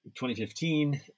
2015